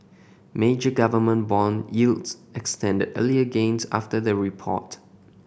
major government bond yields extended earlier gains after the report